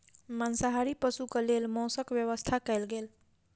मांसाहारी पशुक लेल मौसक व्यवस्था कयल गेल